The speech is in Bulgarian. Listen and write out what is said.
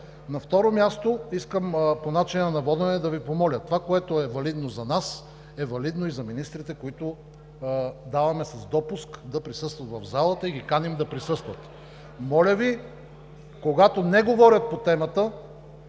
На второ място, искам по начина на водене да Ви помоля: това, което е валидно за нас, е валидно и за министрите, на които даваме с допуск да присъстват в залата и ги каним да присъстват. Моля Ви, когато не говорят по темата,